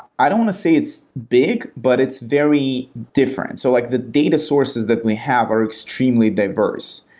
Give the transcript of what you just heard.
i don't want to say it's big, but it's very different. so like the data sources that we have are extremely diverse.